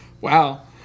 Wow